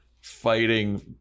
Fighting